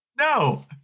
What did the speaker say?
No